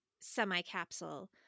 semi-capsule